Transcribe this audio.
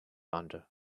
under